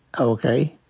okay?